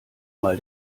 mal